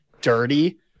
dirty